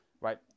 right